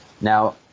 Now